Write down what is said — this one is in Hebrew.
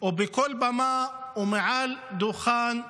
או בכל במה ומעל דוכן זה,